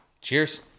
Cheers